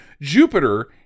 Jupiter